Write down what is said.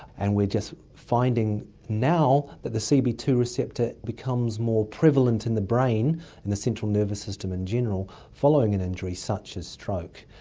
and we're just finding now that the c b two receptor becomes more prevalent in the brain and the central nervous system in general following an injury such as stroke,